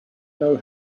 know